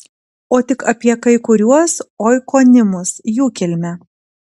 o tik apie kai kuriuos oikonimus jų kilmę